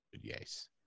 yes